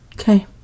Okay